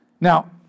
Now